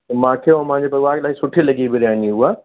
मूंखे ऐं मुंहिंजे परिवार खे इलाही सुठी लॻी बिरयानी हुअ